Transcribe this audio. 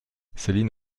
céline